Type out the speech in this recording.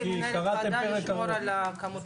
את העובדה ששירותי ההשגחה והפיקוח על כשרות